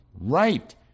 right